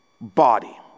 body